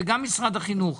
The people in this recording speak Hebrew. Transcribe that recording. גם משרד החינוך,